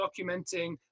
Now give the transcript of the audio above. documenting